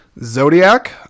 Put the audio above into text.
Zodiac